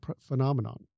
phenomenon